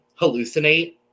Hallucinate